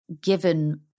given